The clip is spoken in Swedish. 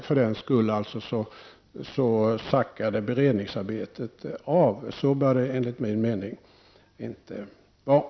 För den skull sackade alltså beredningsarbetet av. Så bör det enligt min mening inte vara.